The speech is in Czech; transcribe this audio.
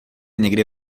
někdy